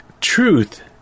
truth